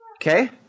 Okay